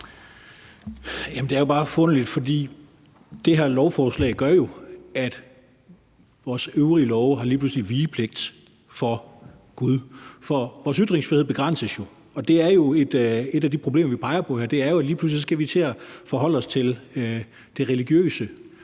Det er bare forunderligt, for det her lovforslag gør jo, at vores øvrige love lige pludselig har vigepligt for Gud. For vores ytringsfrihed begrænses jo, og det er jo et af de problemer, vi peger på her, altså at vi lige pludselig skal til at forholde os til det religiøse,